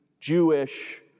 Jewish